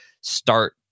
start